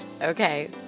Okay